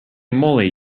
moly